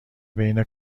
بین